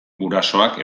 gurasoak